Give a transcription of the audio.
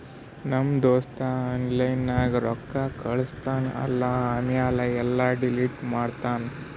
ನಮ್ ದೋಸ್ತ ಆನ್ಲೈನ್ ನಾಗ್ ರೊಕ್ಕಾ ಕಳುಸ್ತಾನ್ ಅಲ್ಲಾ ಆಮ್ಯಾಲ ಎಲ್ಲಾ ಡಿಲೀಟ್ ಮಾಡ್ತಾನ್